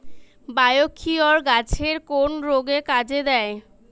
Biocure গাছের কোন রোগে কাজেদেয়?